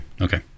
okay